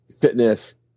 fitness